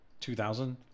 2000